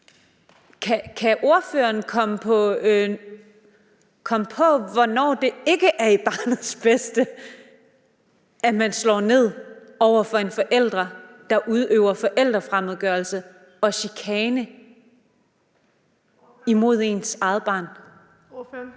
Kan ordføreren komme på, hvornår det ikke er til barnets bedste, at man slår ned over for en forælder, der udøver forældrefremmedgørelse og chikane imod sit eget barn? Kl.